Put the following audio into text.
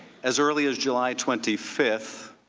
as early as july twenty fifth,